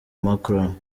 macron